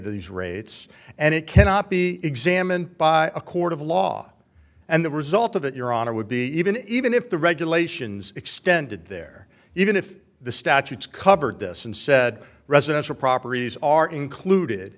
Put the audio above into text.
these rates and it cannot be examined by a court of law and the result of that your honor would be even even if the regulations extended there even if the statutes covered this and said residential properties are included